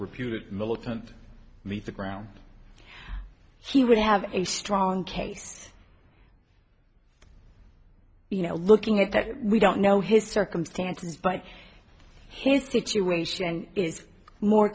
reputed militant the ground he would have a strong case you know looking at that we don't know his circumstances but his situation is more